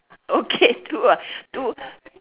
okay two ah two